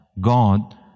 God